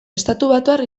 estatubatuar